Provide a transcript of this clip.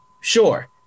Sure